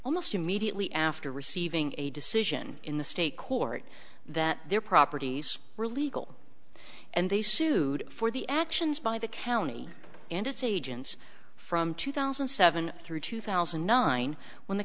almost immediately after receiving a decision in the state court that their properties were illegal and they sued for the actions by the county and its agents from two thousand and seven through two thousand and nine when the